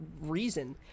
reason